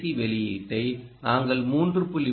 C வெளியீட்டை நாங்கள் 3